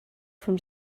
from